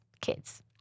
kids